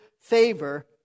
favor